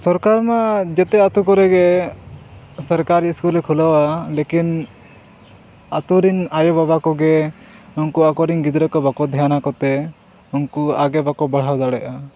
ᱥᱚᱨᱠᱟᱨ ᱢᱟ ᱡᱚᱛᱚ ᱟᱛᱳ ᱠᱚᱨᱮᱜᱮ ᱥᱚᱨᱠᱟᱨᱤ ᱥᱠᱩᱞᱮ ᱠᱷᱩᱞᱟᱹᱣᱟ ᱞᱮᱠᱤᱱ ᱟᱛᱳᱨᱮᱱ ᱟᱭᱩ ᱵᱟᱵᱟ ᱠᱚᱜᱮ ᱱᱩᱝᱠᱩ ᱟᱠᱚᱨᱮᱱ ᱜᱤᱫᱽᱨᱟᱹ ᱠᱚ ᱵᱟᱠᱚ ᱫᱷᱮᱭᱟᱱᱟᱠᱚ ᱛᱮ ᱩᱱᱠᱩ ᱟᱜᱮ ᱵᱟᱠᱚ ᱵᱟᱲᱦᱟᱣ ᱫᱟᱲᱣᱮᱭᱟᱜᱼᱟ